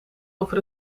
over